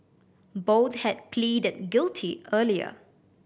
both had pleaded guilty earlier